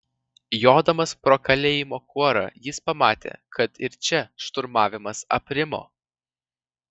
jodamas pro kalėjimo kuorą jis pamatė kad ir čia šturmavimas aprimo